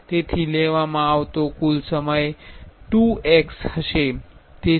તેથી લેવામાં આવતો કુલ સમય 2 x હશે